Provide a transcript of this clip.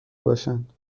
باشند